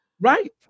Right